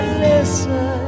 listen